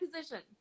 position